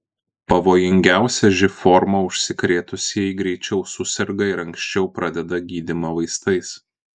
pavojingiausia živ forma užsikrėtusieji greičiau suserga ir anksčiau pradeda gydymą vaistais